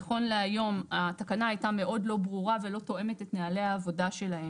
נכון להיום התקנה הייתה מאוד לא ברורה ולא תואמת את נהלי העבודה שלהם.